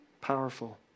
powerful